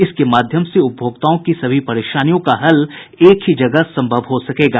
इसके माध्यम से उपभोक्ताओं की सभी परेशानियों का हल एक ही जगह संभव हो सकेगा